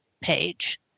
page